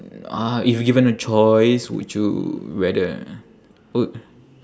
uh if given a choice would you rather would